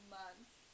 months